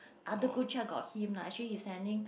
other group chat got him lah actually he sending